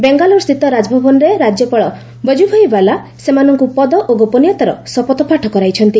ବେଙ୍ଗାଲୁରୁସ୍ଥିତ ରାଜଭବନରେ ରାଜ୍ୟପାଳ ବକ୍ତୁଭାଇବାଲା ସେମାନଙ୍କୁ ପଦ ଓ ଗୋପନୀୟତାର ଶପଥପାଠ କରାଇଛନ୍ତି